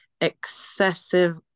excessive